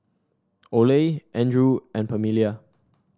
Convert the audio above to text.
Oley Andrew and Pamelia